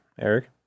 Eric